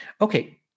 Okay